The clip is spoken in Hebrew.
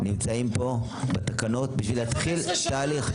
נמצאים פה בתקנות בשביל להתחיל תהליך.